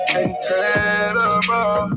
incredible